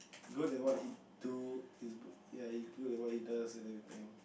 know that what he do and he's good and what he does and everything